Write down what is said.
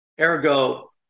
Ergo